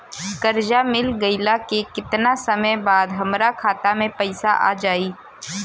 कर्जा मिल गईला के केतना समय बाद हमरा खाता मे पैसा आ जायी?